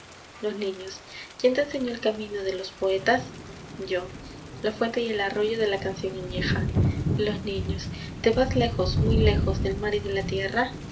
los niños quién te enseñó el camino de los poetas yo la fuente y el arroyo de la canción añeja los niños te vas lejos muy lejos del mar y dé la tierra